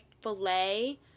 filet